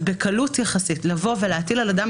שבקלות יחסית היא תוכל לבוא ולהטיל על אדם